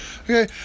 Okay